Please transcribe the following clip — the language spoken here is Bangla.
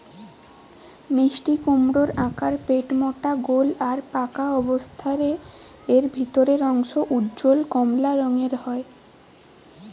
মিষ্টিকুমড়োর আকার পেটমোটা গোল আর পাকা অবস্থারে এর ভিতরের অংশ উজ্জ্বল কমলা রঙের হয়